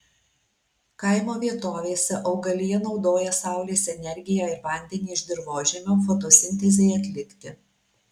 kaimo vietovėse augalija naudoja saulės energiją ir vandenį iš dirvožemio fotosintezei atlikti